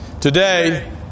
Today